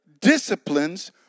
disciplines